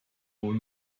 wohl